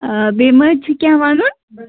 بیٚیہِ ما حظ چھِ کیٚنہہ وَنُن